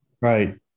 Right